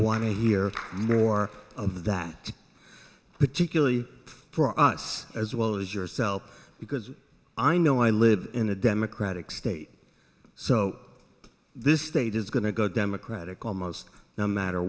want to hear more of that particularly prize as well as yourself because i know i live in a democratic state so this state is going to go democratic almost no matter